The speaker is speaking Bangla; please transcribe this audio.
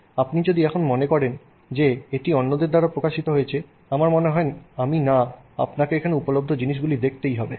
আপনি যদি এখন মনে করেন যে এটি অন্যদের দ্বারা প্রকাশিত হয়েছে আমার মনে হয় আমি না আপনাকে এখানের উপলব্ধ জিনিসগুলো দেখতে হবে